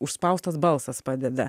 užspaustas balsas padeda